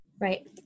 Right